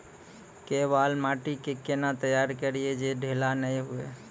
केवाल माटी के कैना तैयारी करिए जे ढेला नैय हुए?